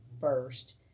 first